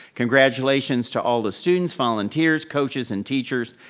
congratulations to all the students, volunteers, coaches and teachers.